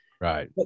Right